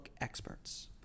experts